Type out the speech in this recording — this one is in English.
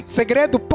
segredo